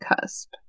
cusp